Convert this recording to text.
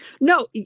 No